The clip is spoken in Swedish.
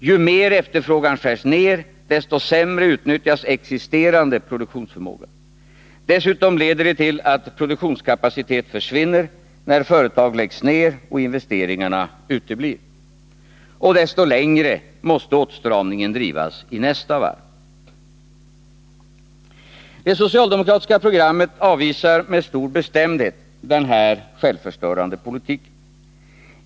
Ju mer efterfrågan skärs ner, desto sämre utnyttjas existerande produktionsförmåga. Dessutom leder det till att produktionskapacitet försvinner när företag läggs ner och investeringarna uteblir. Och desto längre måste åtstramningen drivas i nästa varv. Det socialdemokratiska programmet avvisar med stor bestämdhet denna självförstörande politik.